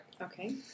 Okay